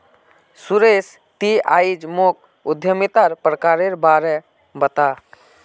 सुरेश ती आइज मोक उद्यमितार प्रकारेर बा र बता